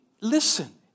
Listen